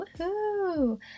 woohoo